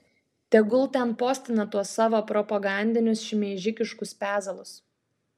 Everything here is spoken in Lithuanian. tegul ten postina tuos savo propagandinius šmeižikiškus pezalus